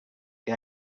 que